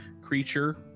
creature